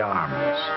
arms